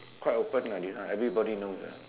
quite open ah this one everybody knows ah